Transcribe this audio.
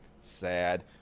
Sad